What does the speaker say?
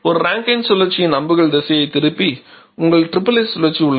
ஒரு ரேங்கைன் சுழற்சியில் அம்புகளின் திசையைத் திருப்பி உங்களிடம் SSS சுழற்சி உள்ளது